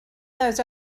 those